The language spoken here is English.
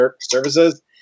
Services